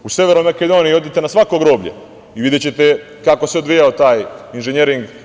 U Severnoj Makedoniji odite na svako groblje i videćete kako se odvijao taj inženjering.